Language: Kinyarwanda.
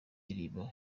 indirimbo